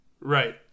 Right